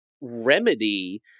remedy